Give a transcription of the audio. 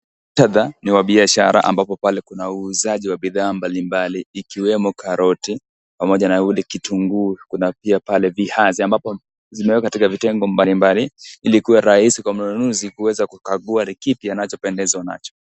Muktatha ni wa biashara ambapo pale kuna wauzaji wa bidhaa mbalimbali ikiwemo karoti pamoja na kitunguu, kuna pia pale viazi ambapo zimewekwa katika vitengo mbalimbali, ili kuwe rahisi kwa mnunuzi kuweza kukagua ni kipi anachopendezwa nacho.